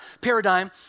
paradigm